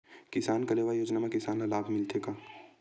किसान कलेवा योजना म किसान ल का लाभ मिलथे?